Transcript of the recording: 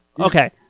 Okay